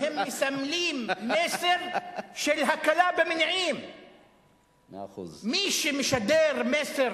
האמת היא שעל רצח